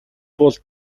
бол